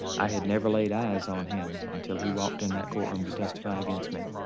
i had never laid eyes on him until he walked in that courtroom to testify against me.